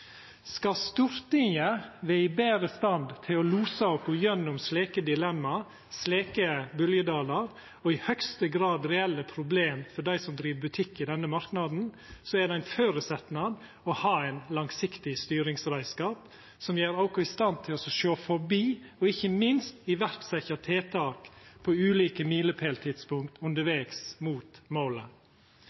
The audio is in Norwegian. Skal Stortinget vera i betre stand til å losa oss gjennom slike dilemma eller bølgjedalar, som i høgste grad er reelle problem for dei som driv butikk i denne marknaden, er det ein føresetnad å ha ein langsiktig styringsreiskap som gjer oss i stand til å sjå forbi og ikkje minst setja i verk tiltak på ulike milepæltidspunkt undervegs mot målet.